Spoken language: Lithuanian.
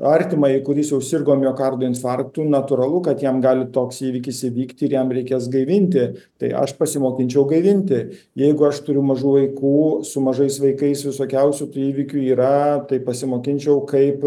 artimąjį kuris jau sirgo miokardo infarktu natūralu kad jam gali toks įvykis įvykti ir jam reikės gaivinti tai aš pasimokyčiau gaivinti jeigu aš turiu mažų vaikų su mažais vaikais visokiausių įvykių yra tai pasimokinčiau kaip